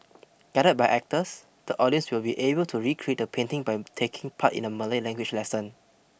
guided by actors the audience will be able to recreate the painting by taking part in a Malay language lesson